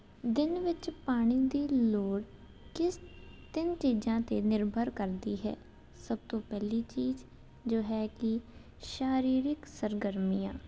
ਦਿਨ ਵਿੱਚ ਪਾਣੀ ਦੀ ਲੋੜ ਕਿਸ ਤਿੰਨ ਚੀਜ਼ਾਂ 'ਤੇ ਨਿਰਭਰ ਕਰਦੀ ਹੈ ਸਭ ਤੋਂ ਪਹਿਲੀ ਚੀਜ਼ ਜੋ ਹੈ ਕਿ ਸਰੀਰਿਕ ਸਰਗਰਮੀਆਂ